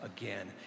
again